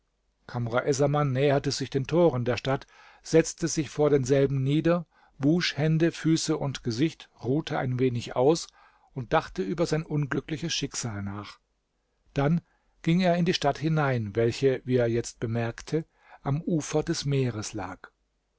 essaman näherte sich den toren der stadt setzte sich vor denselben nieder wusch hände füße und gesicht ruhte ein wenig aus und dachte über sein unglückliches schicksal nach dann ging er in die stadt hinein welche wie er jetzt bemerkte am ufer des meeres lag